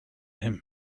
him